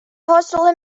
hustle